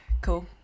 cool